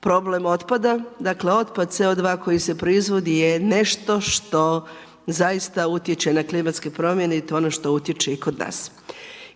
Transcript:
problem otpada. Dakle, otpad CO2 koji se proizvodi je nešto što zaista utječe na klimatske promjene i to je ono što utječe i kod nas.